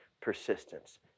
persistence